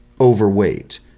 overweight